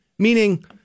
Meaning